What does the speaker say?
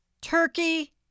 Turkey